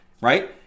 right